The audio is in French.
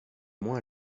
moins